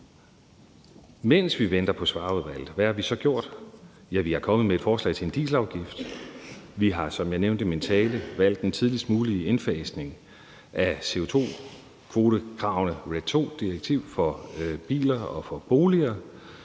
mens vi venter på Svarerudvalget? Vi er kommet med et forslag til en dieselafgift. Vi har, som jeg nævnte i min tale, valgt den tidligst mulige indfasning af CO2-kvotekravene i det pågældende direktiv for biler og for boliger.